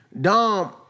Dom